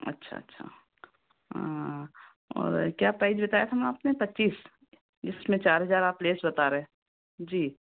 अच्छा अच्छा और क्या प्राइज बताया था मैम आपने पच्चीस जिसमें चार हजार आप लेस बता रहे जी